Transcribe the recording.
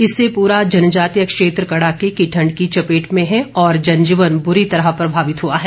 इससे पूरा जनजातीय क्षेत्र कड़ाके की ठंड की चपेट में है और जन जीवन बुरी तरह प्रभावित हुआ है